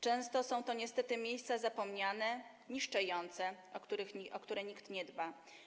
Często są to niestety miejsca zapomniane, niszczejące, o które nikt nie dba.